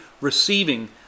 receiving